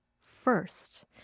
first